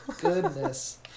goodness